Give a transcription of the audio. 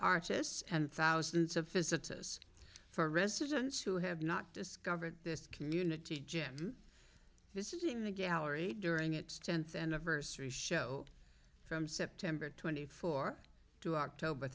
artists and thousands of visitors for residents who have not discovered this community jim visiting the gallery during its tenth anniversary show from september twenty four to october